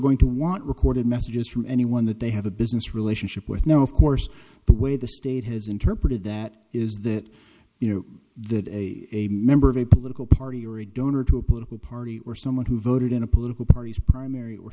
going to want recorded messages from anyone that they have a business relationship with now of course the way the state has interpreted that is that you know that a member of a political party or a donor to a political party or someone who voted in a political party's primary or